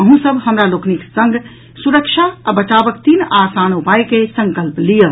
अहूँ सभ हमरा लोकनि संग सुरक्षा आ बचावक तीन आसान उपायक संकल्प लियऽ